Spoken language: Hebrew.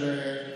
שלוש עד שש.